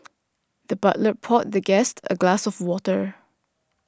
the butler poured the guest a glass of water